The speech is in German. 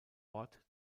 ort